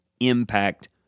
impact